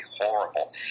horrible